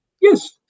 Yes